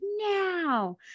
now